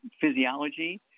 physiology